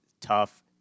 tough